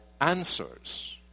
answers